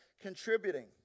contributing